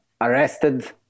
arrested